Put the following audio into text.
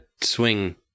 swing